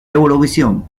eurovisión